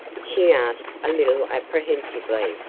she asked a little apprehensively,